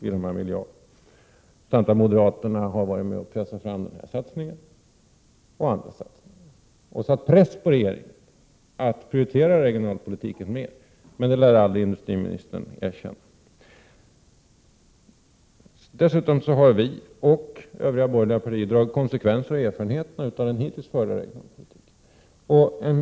Centern och moderaterna har varit med om att pressa fram olika satsningar och satt press på regeringen att prioritera regionalpolitiken. Men det lär industriministern aldrig erkänna. Dessutom har vi och övriga borgerliga partier dragit konsekvenserna och erfarenheterna av den hittills förda regionalpolitiken.